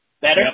Better